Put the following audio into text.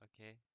okay